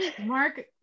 Mark